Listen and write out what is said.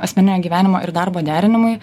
asmeninio gyvenimo ir darbo derinimui